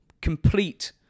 complete